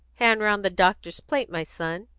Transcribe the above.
hand round the doctor's plate, my son,